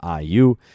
IU